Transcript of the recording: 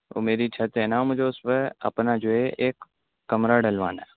وہ میری چھت ہے نا مجھے اس پہ اپنا جو ہے ایک کمرہ ڈلوانا ہے